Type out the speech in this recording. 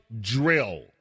drill